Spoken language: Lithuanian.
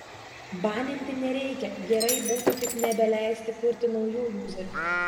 baninti nereikia gerai būtų tik nebeleisti kurti naujų juzerių